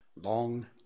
long